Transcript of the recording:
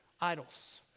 idols